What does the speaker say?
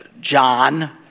John